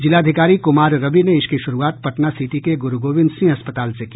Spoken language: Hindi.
जिलाधिकारी कुमार रवि ने इसकी शुरूआत पटना सिटी के गुरू गोविंद सिंह अस्पताल से की